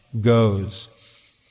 goes